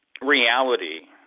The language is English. reality